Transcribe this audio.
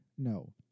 No